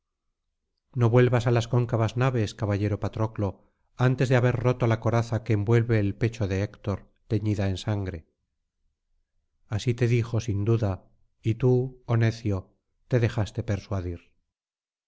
no vuelvas a las cóncavas naves caballero patroclo antes de haber roto la coraza qtte envuelve el pecho de héctor teñida en sangre así te dijo sin duda y tú oh necio te dejaste persuadir